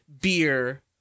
beer